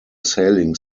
sailing